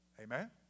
Amen